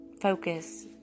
focus